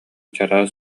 чараас